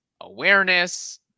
awareness